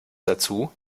dazu